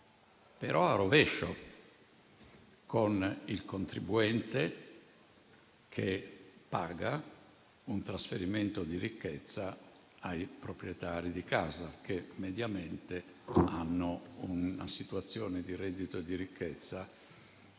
però al rovescio, cioè con il contribuente che paga un trasferimento di ricchezza ai proprietari di casa, i quali mediamente hanno una situazione di reddito e di ricchezza